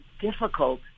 difficult